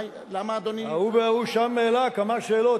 למה אדוני, ההוא שם העלה כמה שאלות.